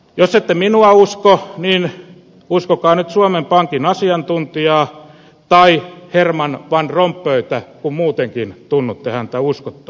jos ette minua usko niin uskokaa nyt suomen pankin asiantuntijaa tai herman van rompuytä kun muutenkin tunnutte häntä uskovan